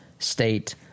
state